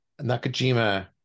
Nakajima